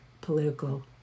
political